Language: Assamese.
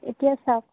এতিয়া চাওক